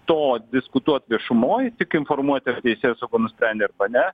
to diskutuot viešumoj tik informuot ar teisėsauga nusprendė arba ne